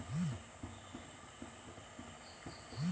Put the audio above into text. Barley ಪಿಂಡಿ ಹಾಕಿದ್ರೆ ದನ ಹೆಚ್ಚು ಹಾಲು ಕೊಡ್ತಾದ?